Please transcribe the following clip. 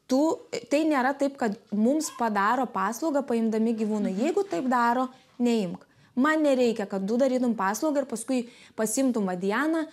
tų tai nėra taip kad mums padaro paslaugą paimdami gyvūną jeigu taip daro neimk man nereikia kad tu darytum paslaugą ir paskui pasiimtum va dianą